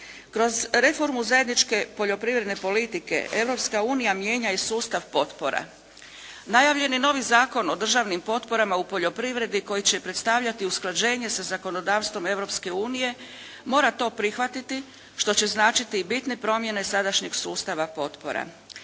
Kroz reformu zajedničke poljoprivredne politike Europska unija mijenja i sustav potpora. Najavljen je novi zakon o državnim potporama u poljoprivredi koji će predstavljati usklađenje sa zakonodavstvom Europske unije mora to prihvatiti što će značiti i bitne promjene sadašnjeg sustava potpora.